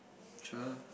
sure